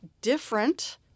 different